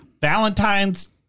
Valentine's